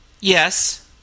Yes